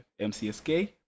MCSK